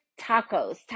tacos